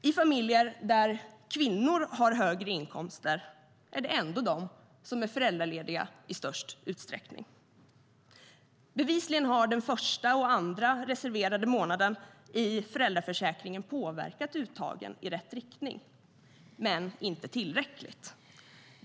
I familjer där kvinnor har högre inkomst är det ändå de som är föräldralediga i störst utsträckning. Bevisligen har den första och andra reserverade månaden i föräldraförsäkringen påverkat uttagen i rätt riktning, men det är inte tillräckligt.